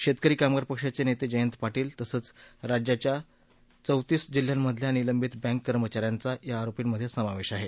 शेतकरी कामगार पक्षाचे नेते जयंत पाटील तसंच राज्याच्या चौतीस जिल्ह्यामधल्या निलंबित बँक कर्मचाऱ्यांचा या आरोपींमध्ये समावेश आहे